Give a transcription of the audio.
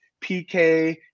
PK